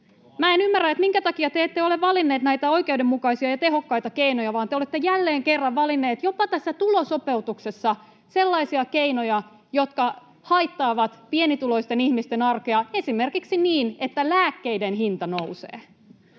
En ymmärrä, minkä takia te ette ole valinneet näitä oikeudenmukaisia ja tehokkaita keinoja vaan te olette jälleen kerran valinneet jopa tässä tulosopeutuksessa sellaisia keinoja, jotka haittaavat pienituloisten ihmisten arkea, esimerkiksi niin, että lääkkeiden hinta nousee.